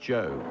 Joe